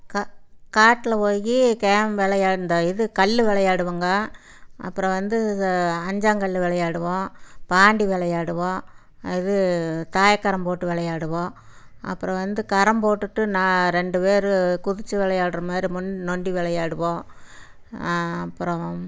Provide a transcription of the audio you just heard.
கா காட்டில் போய் கேம் விளையாண்ட இது கல் வெளையாடுவாங்க அப்புறம் வந்து அஞ்சாங்கல்லு விளையாடுவோம் பாண்டி விளையாடுவோம் இது தாயக்கரம் போட்டு விளையாடுவோம் அப்புறம் வந்து கரம் போட்டுட்டு நான் ரெண்டு பேரு குதித்து விளையாடுற மாதிரி நொண்டி விளையாடுவோம் அப்பறம்